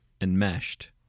enmeshed